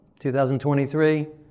2023